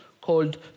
called